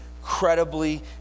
incredibly